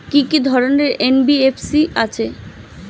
কি কি ধরনের এন.বি.এফ.সি আছে?